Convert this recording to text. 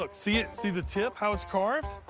ah see it see the tip? how it's carved?